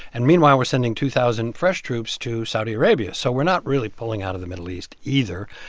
and meanwhile, we're sending two thousand fresh troops to saudi arabia. so we're not really pulling out of the middle east, either.